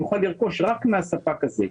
והוא יכול לרכוש רק מהספק הזה.